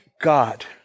God